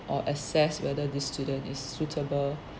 or assess whether this student is suitable